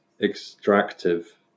extractive